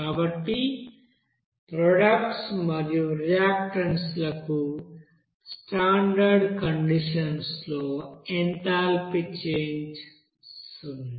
కాబట్టి ప్రొడక్ట్స్ మరియు రియాక్టన్స్ లకు స్టాండర్డ్ కండీషన్స్ లో ఎంథాల్పీ చేంజ్ సున్నా